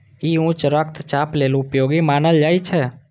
ई उच्च रक्तचाप लेल उपयोगी मानल जाइ छै